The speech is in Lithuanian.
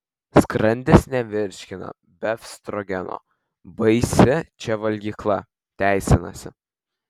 skrandis nevirškina befstrogeno baisi čia valgykla teisinasi